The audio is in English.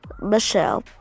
Michelle